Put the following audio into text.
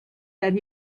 that